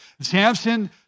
Samson